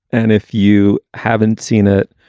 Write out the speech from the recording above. and if you haven't seen it.